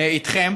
איתכם,